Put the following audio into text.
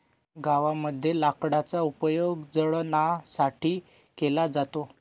गावामध्ये लाकडाचा उपयोग जळणासाठी केला जातो